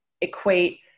equate